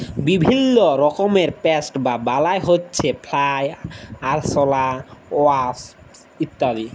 বিভিল্য রকমের পেস্ট বা বালাই হউচ্ছে ফ্লাই, আরশলা, ওয়াস্প ইত্যাদি